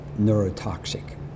neurotoxic